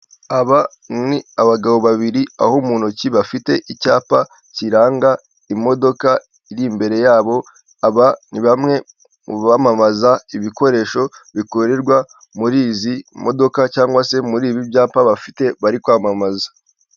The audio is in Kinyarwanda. Aba ni abagabo babiri aho mu ntoki bafite icyapa kiranga imodoka iri imbere yabo, aba ni bamwe mu bamamaza ibikoresho bikorerwa muri izi modoka cyangwa se muri ibi byapa bafite bari kwamamaza.